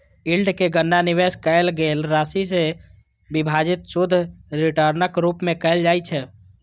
yield के गणना निवेश कैल गेल राशि सं विभाजित शुद्ध रिटर्नक रूप मे कैल जाइ छै